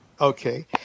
Okay